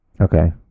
Okay